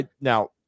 Now